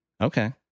Okay